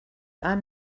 i’m